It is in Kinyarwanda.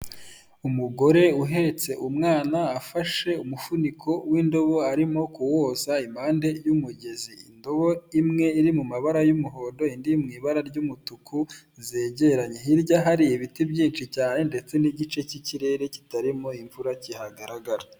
Umugore uhetse umwana, afashe umufuniko w'indobo, arimo kuwoza impande y'umugezi. Indobo imwe iri mu ibara y'umuhondo, indi mu ibara ry'umutuku zegeranye. Hirya hari ibiti byinshi cyane ndetse n'igice cy'ikirere kitarimo imvura kihagaragara.